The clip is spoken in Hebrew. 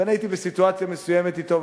ואני הייתי בסיטואציה מסוימת אתו,